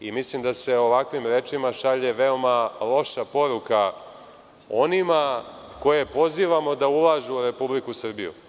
Mislim da se ovakvim rečima šalje veoma loša poruka onima koje pozivamo da ulažu u Republiku Srbiju.